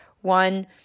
one